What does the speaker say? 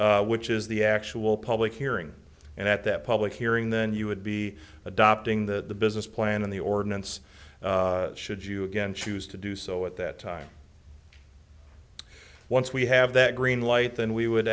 nineteen which is the actual public hearing and at that public hearing then you would be adopting the business plan and the ordinance should you again choose to do so at that time once we have that green light then we would